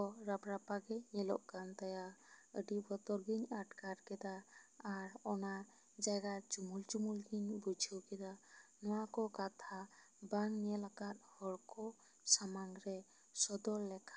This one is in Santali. ᱨᱟᱯ ᱨᱟᱯᱟ ᱜᱮ ᱧᱮᱞᱚᱜ ᱠᱟᱱ ᱛᱟᱭᱟ ᱟᱹᱰᱤ ᱵᱚᱛᱚᱨ ᱜᱤᱧ ᱟᱴᱠᱟᱨ ᱠᱮᱫᱟ ᱟᱨ ᱚᱱᱟ ᱡᱟᱭᱜᱟ ᱪᱩᱢᱩᱞ ᱪᱩᱢᱩᱞ ᱜᱤᱧ ᱵᱩᱡᱷᱟᱹᱣ ᱠᱮᱫᱟ ᱱᱚᱶᱟ ᱠᱚ ᱠᱟᱛᱷᱟ ᱵᱟᱝ ᱧᱮᱞ ᱟᱠᱟᱫ ᱦᱚᱲ ᱠᱚ ᱥᱟᱢᱟᱝ ᱨᱮ ᱥᱚᱫᱚᱨ ᱞᱮᱠᱷᱟᱱ